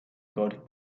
golf